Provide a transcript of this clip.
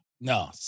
No